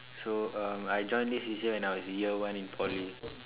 so uh I join this C_C_A when I was in year one in Poly